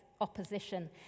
opposition